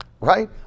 right